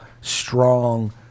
strong